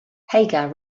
hagar